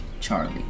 Charlie